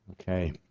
Okay